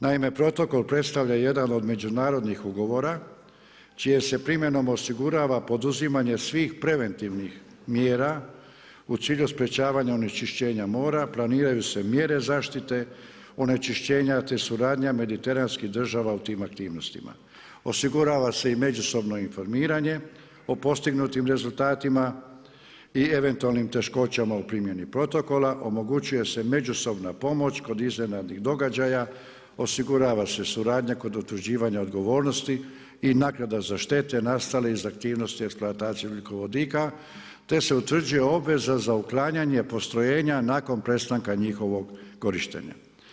Naime, protokol predstavlja jedan od međunarodnih ugovora čijom se primjenom osigurava poduzimanje svih preventivnih mjera u cilju sprečavanja onečišćenja mora, planiraju se mjere zaštite onečišćenja te suradnja mediteranskih država u tim aktivnostima, osigurava se i međusobno informiranje o postignutim rezultatima i eventualnim teškoćama u primjeni protokola, omogućuje se međusobna pomoć kod iznenadnih događaja, osigurava se suradnja kod utvrđivanja odgovornosti i naknada za štete nastale iz aktivnosti eksploatacije ugljikovodika te se utvrđuje obveza za uklanjanje postrojenja nakon prestanka njihovog korištenja.